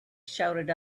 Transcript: shouted